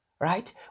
right